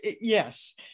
yes